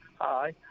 Hi